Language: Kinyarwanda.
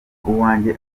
uwanjye